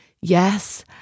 Yes